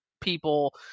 people